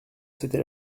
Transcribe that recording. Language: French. c’était